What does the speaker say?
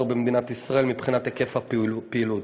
במדינת ישראל מבחינת היקף הפעילות,